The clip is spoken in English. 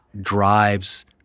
drives